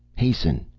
hasten!